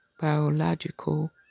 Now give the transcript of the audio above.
biological